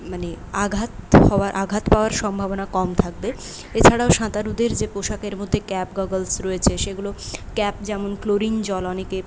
মানে আঘাত হওয়া আঘাত পাওয়ার সম্ভাবনা কম থাকবে এছাড়াও সাঁতারুদের যে পোশাকের মধ্যে ক্যাপ গগলস রয়েছে সেগুলো ক্যাপ যেমন ক্লোরিন জল অনেকেই